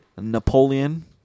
Napoleon